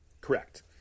Correct